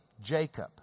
Jacob